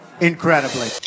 incredibly